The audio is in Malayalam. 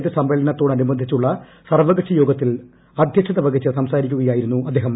ബഡ്ജറ്റ് സമ്മേളനത്തോടനുബന്ധിച്ചുള്ളിട്ട് സർവകക്ഷിയോഗത്തിൽ അധ്യക്ഷത വഹിച്ച് സംസാരിക്കുകയായിരുന്നു അദ്ദേഹം